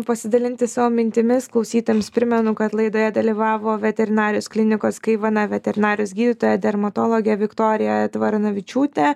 pasidalinti savo mintimis klausytojams primenu kad laidoje dalyvavo veterinarijos klinikos kaivana veterinarijos gydytoja dermatologė viktorija tvaronavičiūtė